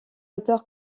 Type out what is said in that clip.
auteur